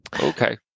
Okay